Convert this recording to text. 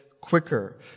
quicker